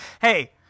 hey